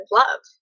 love